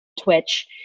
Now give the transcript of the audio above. Twitch